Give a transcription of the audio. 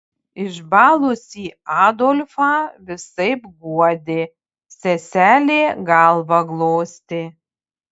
išbalusį adolfą visaip guodė seselė galvą glostė